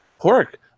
pork